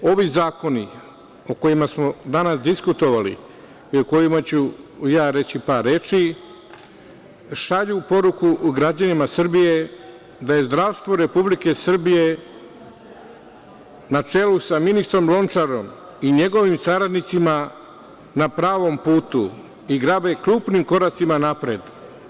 Ovi zakoni o kojima smo danas diskutovali i o kojima ću reći par reči, šalju poruku građanima Srbije da je zdravstvo Republike Srbije, na čelu sa ministrom Lončarom i njegovim saradnicima, na pravom putu i grabe krupnim koracima napred.